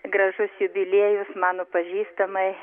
gražus jubiliejus mano pažįstamai